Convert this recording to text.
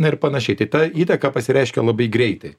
na ir panašiai tai ta įtaka pasireiškia labai greitai